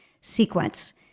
sequence